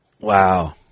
Wow